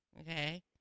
okay